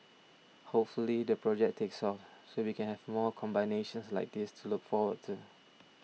hopefully the project takes off so we can have more combinations like this to look forward to